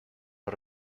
los